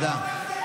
חצוף.